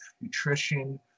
nutrition